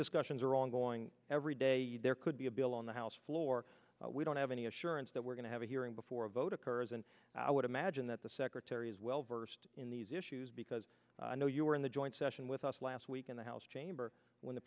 discussions are ongoing every day there could be a bill on the house floor we don't have any assurance that we're going to have a hearing before a vote occurs and i would imagine that the secretary is well versed in these issues because i know you were in the joint session with us last week in the house chamber when the